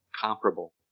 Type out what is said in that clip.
Comparable